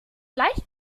gleich